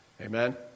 Amen